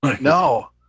No